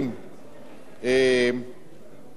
גלעד סממה,